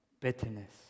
bitterness